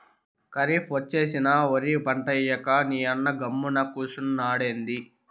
కరీఫ్ ఒచ్చేసినా ఒరి పంటేయ్యక నీయన్న గమ్మున కూసున్నాడెంది